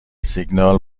سیگنال